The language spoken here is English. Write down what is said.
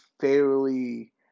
fairly